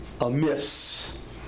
amiss